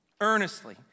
earnestly